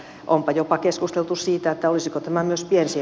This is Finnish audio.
onpa jopa keskusteltu siitä olisiko tämä myös tiesi